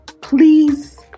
please